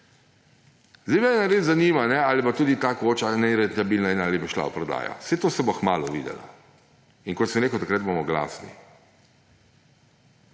Zdaj mene res zanima, ali bo tudi ta koča nerentabilna in ali bo šla v prodajo. Saj to se bo kmalu videlo. In kot sem rekel, takrat bomo glasni.